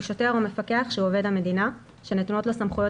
הוא שוטר או מפקח שהוא עובד המדינה שנתונות לו סמכויות